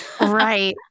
Right